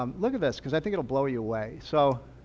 um look at this cause i think it'll blow you away. so